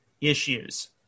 issues